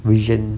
vision